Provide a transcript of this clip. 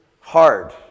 hard